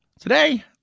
Today